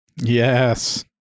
Yes